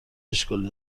اشکالی